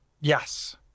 Yes